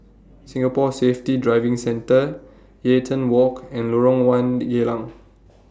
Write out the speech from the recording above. Singapore Safety Driving Centre Eaton Walk and Lorong one Geylang